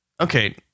Okay